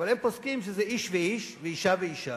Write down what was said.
אבל הם פוסקים שזה איש ואיש ואשה ואשה.